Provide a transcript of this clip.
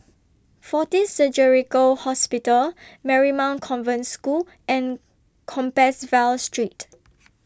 Fortis Surgical Hospital Marymount Convent School and Compassvale Street